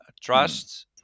trust